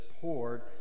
poured